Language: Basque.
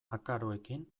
akaroekin